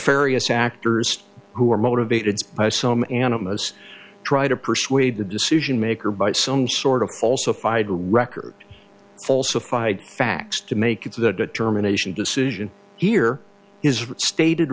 nefarious actors who are motivated by some animists try to persuade the decision maker by some sort of falsified record falsified facts to make that determination decision here is a stated